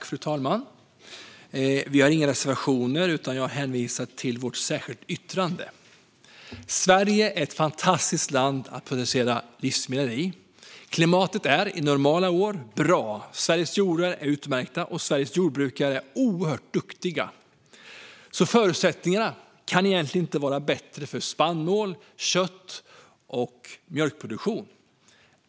Fru talman! Vi har inga reservationer, utan jag hänvisar till vårt särskilda yttrande. Sverige är ett fantastiskt land att producera livsmedel i. Klimatet är under normala år bra, Sveriges jordar är utmärkta och Sveriges jordbrukare är oerhört duktiga. Förutsättningarna kan egentligen inte vara bättre för spannmål, kött och mjölkproduktion.